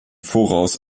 voraus